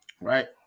Right